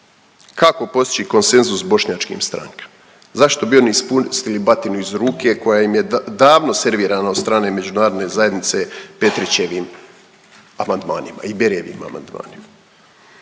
Kako postići konsenzus s bošnjačkim strankama, zašto bi oni ispustili batinu iz ruke koja im je davno servirana od strane međunarodne zajednice Petritschevim amandmanima i Barryjevim amandmanima.